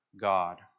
God